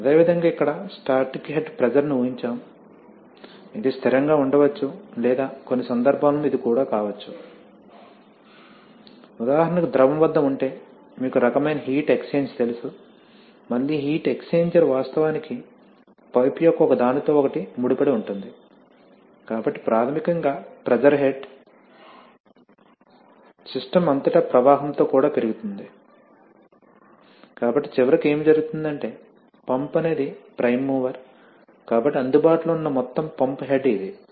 అదేవిధంగా ఇక్కడ static head pressure ని ఊహించాము ఇది స్థిరంగా ఉండవచ్చు లేదా కొన్ని సందర్భాల్లో ఇది కూడా కావచ్చు ఉదాహరణకు ద్రవం వద్ద ఉంటే మీకు రకమైన హీట్ ఎక్స్చేంజర్ తెలుసు మళ్ళీ హీట్ ఎక్స్చేంజర్ వాస్తవానికి పైపు యొక్క ఒకదానితో ఒకటి ముడిపడి ఉంటుంది కాబట్టి ప్రాథమికంగా ప్రెజర్ హెడ్ సిస్టమ్ అంతటా ప్రవాహంతో కూడా పెరుగుతుంది కాబట్టి చివరికి ఏమి జరుగుతుందంటే పంప్ అనేది ప్రైమ్ మూవర్ కాబట్టి అందుబాటులో ఉన్న మొత్తం పంప్ హెడ్ ఇది